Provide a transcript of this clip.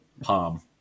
palm